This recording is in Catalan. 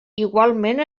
igualment